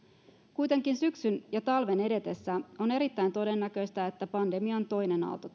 kuitenkin syksyn ja talven edetessä on erittäin todennäköistä että pandemian toinen aalto